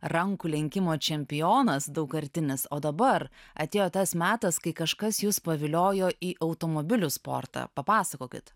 rankų lenkimo čempionas daugkartinis o dabar atėjo tas metas kai kažkas jus paviliojo į automobilių sportą papasakokit